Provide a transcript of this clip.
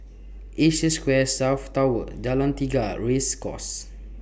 Asia Square South Tower Jalan Tiga Race Course